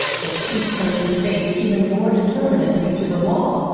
but keith turned his face even more determinedly to the wall,